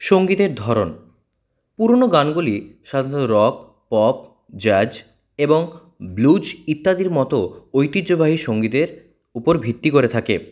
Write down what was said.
সঙ্গীতের ধরন পুরোনো গানগুলি সাধারণত রক পপ জ্যাজ এবং ব্লুজ ইত্যাদির মতো ঐতিহ্যবাহী সঙ্গীতের উপর ভিত্তি করে থাকে